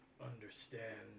understand